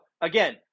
again